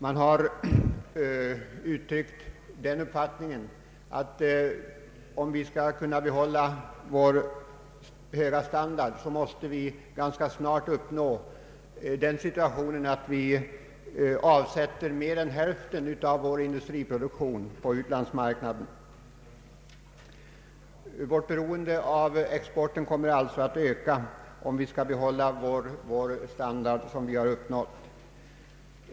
Man har uttryckt den uppfattningen att om vi skall kunna behålla vår höga standard, bör vi ganska snart uppnå den situationen att vi avsätter mer än hälften av vår industriproduktion på utlandsmarknaden. Vårt beroende av exporten kommer alltså att öka, om vi skall behålla den standard som vi har uppnått.